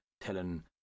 telling